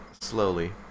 slowly